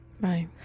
Right